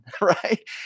right